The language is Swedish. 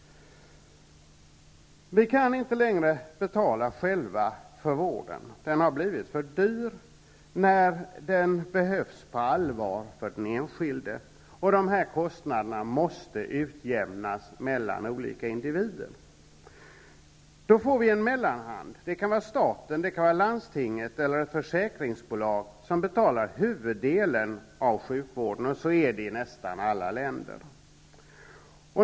Vi kan inte längre betala själva för vården. Den har blivit för dyr när den behövs på allvar för den enskilde, och dessa kostnader måste utjämnas mellan olika individer. Vi får då en mellanhand -- det kan vara staten, det kan vara landstinget eller ett försäkringsbolag -- som betalar huvuddelen av sjukvården, och så är det i nästan alla länder.